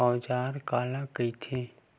औजार काला कइथे?